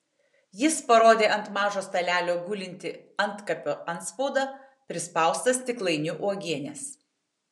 jis parodė ant mažo stalelio gulintį antkapio atspaudą prispaustą stiklainiu uogienės